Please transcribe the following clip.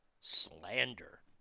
slander